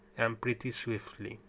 and pretty swiftly,